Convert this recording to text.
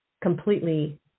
completely